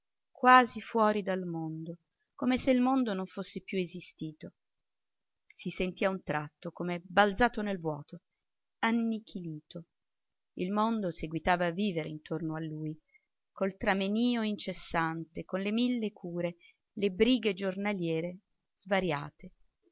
quasi fuori del mondo come se il mondo non fosse più esistito si sentì a un tratto come balzato nel vuoto annichilito il mondo seguitava a vivere intorno a lui col tramenio incessante con le mille cure le brighe giornaliere svariate